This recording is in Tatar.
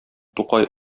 тукай